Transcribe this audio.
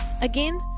Again